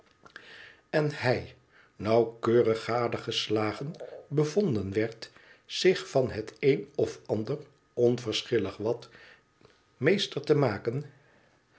en hij nauwkeurig gadegeslagen bevonden werd zich van het een of ander onverschilhg wat meester te maken